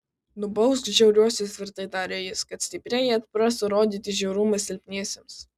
nubausk žiauriuosius tvirtai tarė jis kad stiprieji atprastų rodyti žiaurumą silpniesiems